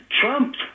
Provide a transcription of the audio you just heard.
Trump